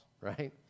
right